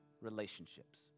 relationships